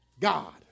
God